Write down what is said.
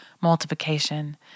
multiplication